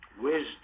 Wisdom